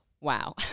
wow